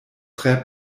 tre